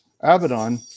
abaddon